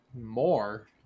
More